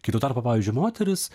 kai tuo tarpu pavyzdžiui moterys